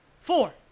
Four